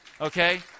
Okay